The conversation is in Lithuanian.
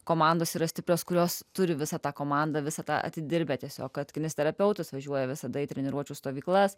komandos yra stiprios kurios turi visą tą komandą visą tą atidirbę tiesiog kad kineziterapeutas važiuoja visada į treniruočių stovyklas